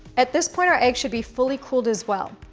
at this point, our eggs should be fully cooled, as well.